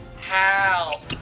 Help